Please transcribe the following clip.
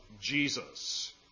Jesus